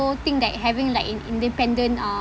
think that having like an independent uh